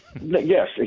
Yes